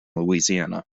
louisiana